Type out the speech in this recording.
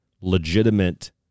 legitimate